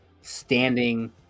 standing